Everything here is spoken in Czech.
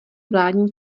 vládní